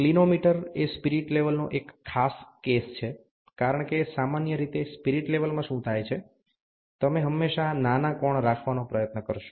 clinometer એ spirit લેવલનો એક ખાસ કેસ છે કારણ કે સામાન્ય રીતે સ્પિરિટ લેવલમાં શુ થાય છે તમે હંમેશા નાના કોણ રાખવાનો પ્રયત્ન કરશો